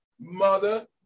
mother